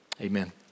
amen